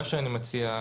מה שאני מציע,